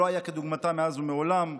שלא היו כדוגמתן מאז ומעולם,